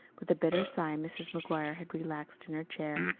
with a bitter sigh mrs. mcguire had relaxed in her chair.